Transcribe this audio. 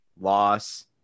Loss